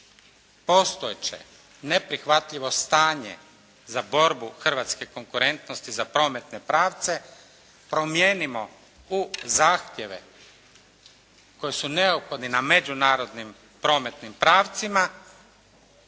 postojeće neprihvatljivo stanje za borbu hrvatske konkurentnosti za prometne pravce promijenimo u zahtjeve koji su neophodni na međunarodnim prometnim pravcima